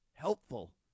Helpful